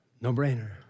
no-brainer